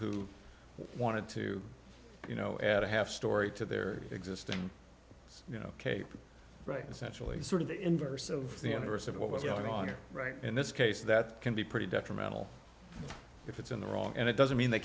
who wanted to you know add a half story to their existing you know cape right it's actually sort of the inverse of the universe of what was going on or right in this case that can be pretty detrimental if it's in the wrong and it doesn't mean they